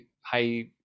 high